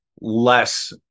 less